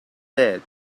dead